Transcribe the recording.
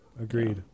Agreed